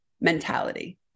mentality